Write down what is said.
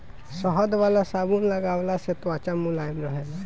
शहद वाला साबुन लगवला से त्वचा मुलायम रहेला